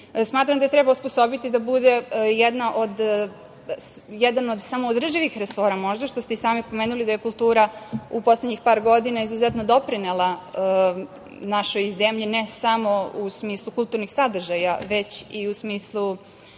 društvu. Smatram da treba osposobiti da bude jedan od samoodrživih resora možda, što ste i sami pomenuli, da je kultura u poslednjih par godina izuzetno doprinela našoj zemlji, ne samo u smislu kulturnih sadržaja, već i u smislu